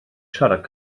siarad